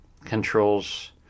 Controls